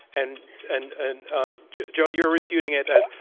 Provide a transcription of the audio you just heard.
and and and um joe, you're refuting it as,